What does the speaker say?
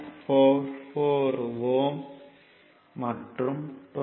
444 Ω மற்றும் 22